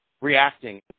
reacting